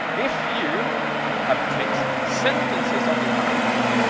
if you have text, sentences on your powerpoint,